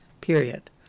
period